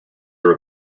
are